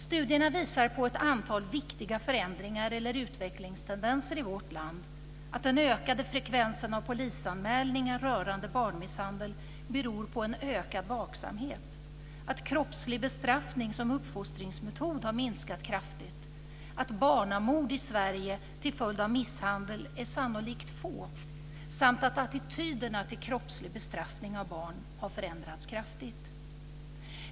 Studierna visar på ett antal viktiga förändringar eller utvecklingstendenser i vårt land; att den ökade frekvensen av polisanmälningar rörande barnmisshandel beror på ökad vaksamhet, att kroppslig bestraffning som uppfostringsmetod har minskat kraftigt, att barnamorden i Sverige till följd av misshandel sannolikt är få samt att attityderna till kroppslig bestraffning av barn har förändrats kraftigt.